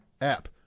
app